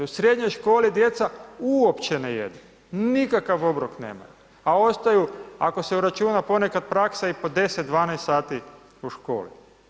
U srednjoj školi djeca uopće ne jedu, nikakav obrok nemaju a ostaju ako se uračuna ponekad praksa i po 10, 12 sati u školi.